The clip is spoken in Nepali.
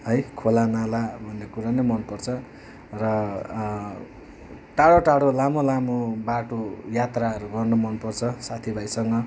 है खोलानाला भन्ने कुरो नै मनपर्छ र टाढो टाढो लामो लामो बाटो यात्राहरू गर्न मनपर्छ साथीभाइसँग